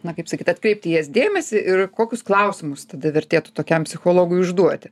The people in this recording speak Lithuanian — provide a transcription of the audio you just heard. na kaip sakyt atkreipti į jas dėmesį ir kokius klausimus tada vertėtų tokiam psichologui užduoti